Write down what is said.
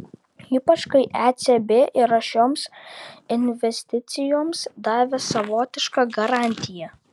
ypač kai ecb yra šioms investicijoms davęs savotišką garantiją